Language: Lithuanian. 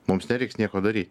mums nereiks nieko daryt